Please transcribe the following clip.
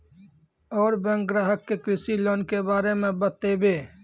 और बैंक ग्राहक के कृषि लोन के बारे मे बातेबे?